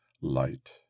light